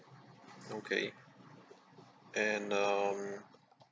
okay and um